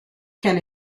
can